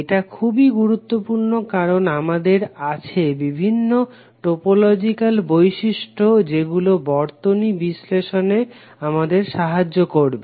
এটা খুবই গুরুত্বপূর্ণ কারণ আমাদের আছে বিভিন্ন টোপোলজিক্যাল বৈশিষ্ট্য যেগুলো বর্তনী বিশ্লেষণে আমাদের সাহায্য করবে